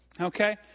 Okay